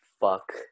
fuck